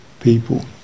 people